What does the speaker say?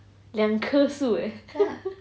两棵树 eh